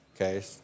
Okay